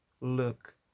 look